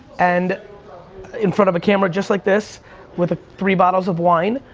and in front of a camera just like this with three bottles of wine,